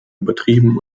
übertrieben